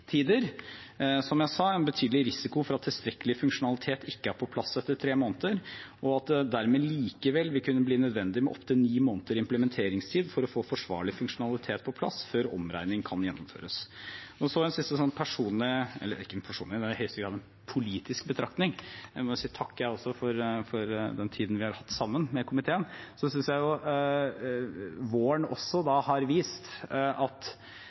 som jeg sa, er en betydelig risiko for at tilstrekkelig funksjonalitet ikke er på plass etter tre måneder, og at det dermed likevel vil kunne bli nødvendig med opptil ni måneders implementeringstid for å få forsvarlig funksjonalitet på plass før omregning kan gjennomføres. Så har jeg til sist en personlig, eller ikke personlig, det er i høyeste grad en politisk betraktning. Jeg må også si takk for den tiden vi har hatt sammen med komiteen. Jeg synes våren har vist at